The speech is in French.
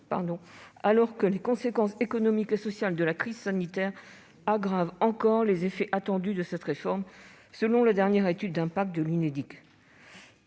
alors que les conséquences économiques et sociales de la crise sanitaire aggravent encore les effets attendus de cette réforme, selon la dernière étude d'impact de l'Unédic.